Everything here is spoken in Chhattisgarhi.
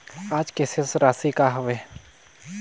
आज के शेष राशि का हवे?